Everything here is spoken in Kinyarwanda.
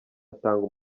atanga